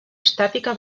estàtica